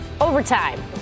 Overtime